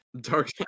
Dark